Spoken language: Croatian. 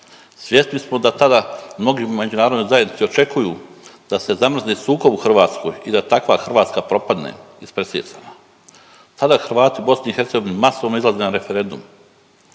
svjesni smo da tada mnogi u međunarodnoj zajednici očekuju da se zamrzne sukob u Hrvatskoj i da takva Hrvatska propadne ispresijecana. Tada Hrvati u BiH masovno izlaze na referendum